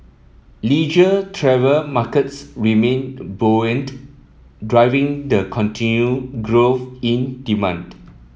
leisure travel markets remained buoyant driving the continued growth in demand